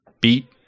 beat